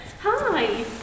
Hi